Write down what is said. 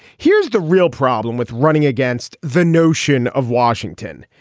here's the real problem with running against the notion of washington.